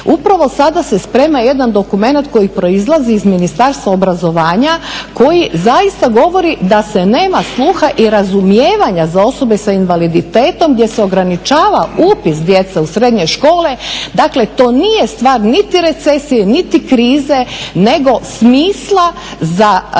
Upravo sada se sprema jedan dokument koji proizlazi iz Ministarstva obrazovanja koji zaista govori da se nema sluha i razumijevanja za osobe s invaliditetom gdje se ograničava upis djece u srednje škole. Dakle, to nije stvar niti recesije niti krize nego smisla za